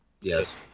Yes